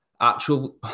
Actual